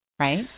right